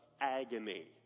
agony